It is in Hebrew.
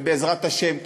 ובעזרת השם,